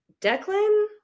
Declan